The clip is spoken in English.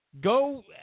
go